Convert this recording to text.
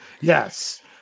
Yes